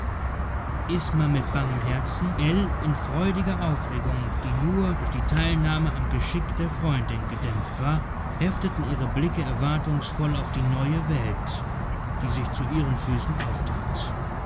isma mit bangem herzen ell in freudiger aufregung die nur durch die teilnahme am geschick der freundin gedämpft war hefteten ihre blicke erwartungsvoll auf die neue welt die sich zu ihren füßen auftat